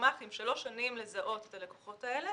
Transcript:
לגמ"חים שלוש שנים לזהות את הלקוחות האלה